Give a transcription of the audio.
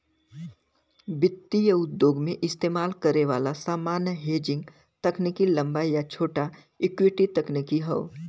वित्तीय उद्योग में इस्तेमाल करे वाला सामान्य हेजिंग तकनीक लंबा या छोटा इक्विटी तकनीक हौ